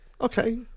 okay